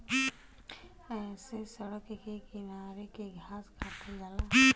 ऐसे सड़क के किनारे के घास काटल जाला